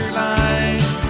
line